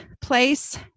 place